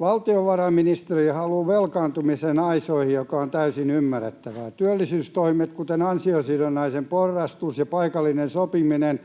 Valtiovarainministeriö haluaa velkaantumisen aisoihin, mikä on täysin ymmärrettävää. Työllisyystoimet, kuten ansiosidonnaisen porrastus ja paikallinen sopiminen,